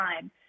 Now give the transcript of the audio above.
time